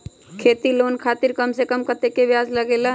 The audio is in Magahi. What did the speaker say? खेती लोन खातीर कम से कम कतेक ब्याज लगेला?